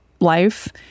life